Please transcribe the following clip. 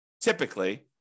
typically